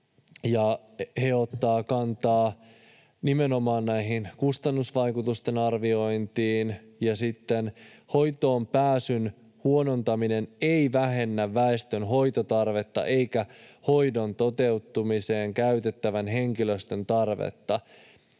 He ottavat kantaa nimenomaan kustannusvaikutusten arviointiin, ja sitten: ”Hoitoonpääsyn huonontaminen ei vähennä väestön hoitotarvetta eikä hoidon toteuttamiseen käytettävän henkilöstön tarvetta.